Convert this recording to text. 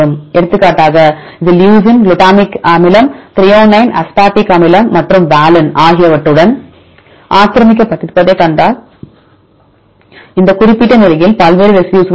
எடுத்துக்காட்டாக இது leucine glutamic அமிலம் த்ரோயோனைன் அஸ்பார்டிக் அமிலம் மற்றும் வாலின் ஆகியவற்றுடன் ஆக்கிரமிக்கப்பட்டிருப்பதைக் கண்டால் இந்த குறிப்பிட்ட நிலையில் பல்வேறு ரெசிடியூஸ்கள் உள்ளன